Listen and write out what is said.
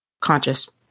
conscious